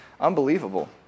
unbelievable